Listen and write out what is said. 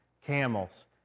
camels